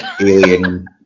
alien